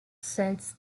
since